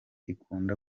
ikunda